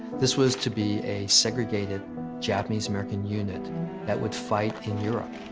this was to be a segregated japanese american unit that would fight in europe.